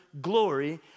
glory